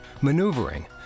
maneuvering